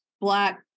black